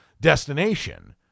Destination